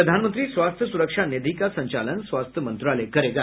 प्रधानमंत्री स्वास्थ्य सुरक्षा निधि का संचालन स्वास्थ्य मंत्रालय करेगा